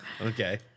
Okay